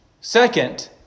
Second